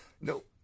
Nope